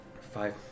five